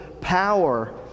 power